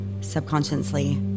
subconsciously